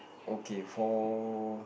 okay for